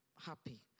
happy